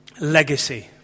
legacy